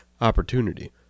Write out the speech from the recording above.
opportunity